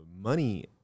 money